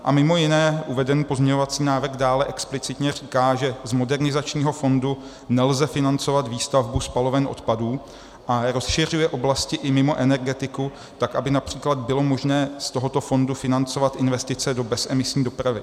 A mimo jiné uvedený pozměňovací návrh dále explicitně říká, že z modernizačního fondu nelze financovat výstavbu spaloven odpadů a rozšiřuje oblasti i mimo energetiku tak, aby například bylo možné z tohoto fondu financovat investice do bezemisní dopravy.